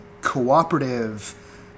cooperative